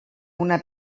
una